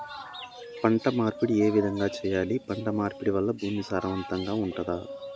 పంట మార్పిడి ఏ విధంగా చెయ్యాలి? పంట మార్పిడి వల్ల భూమి సారవంతంగా ఉంటదా?